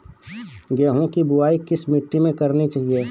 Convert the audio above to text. गेहूँ की बुवाई किस मिट्टी में करनी चाहिए?